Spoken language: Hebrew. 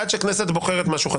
עד שהכנסת בוחרת משהו חדש.